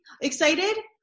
excited